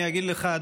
אני אגיד לך,